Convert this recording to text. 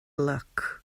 luck